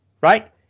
Right